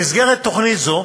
במסגרת תוכנית זו,